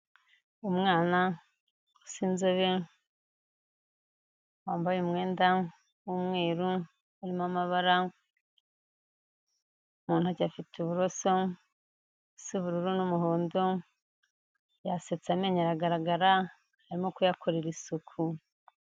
Umwana usa inzobe ,wambaye umwenda w'umweru urimo amabara, mu ntoki afite uburoso busa ubururu n'umuhondo, yasetse amenyo aragaragara, arimo kuyakorera isuku.